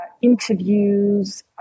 interviews